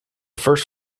first